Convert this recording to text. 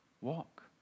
walk